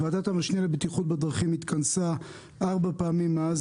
ועדת המשנה לבטיחות בדרכים התכנסה 4 פעמים מאז